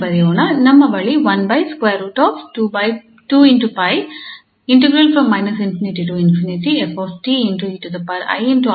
ನಮ್ಮ ಬಳಿ ಇದೆ